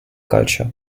culture